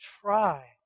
try